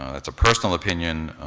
that's a personal opinion,